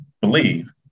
believe